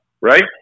right